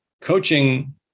coaching